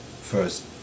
first